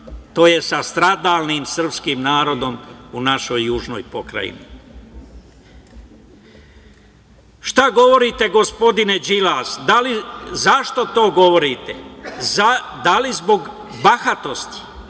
tj. sa stradalnim srpskim narodom u našoj južnoj pokrajini. Šta govorite gospodine Đilas? Zašto to govorite? Da li zbog bahatosti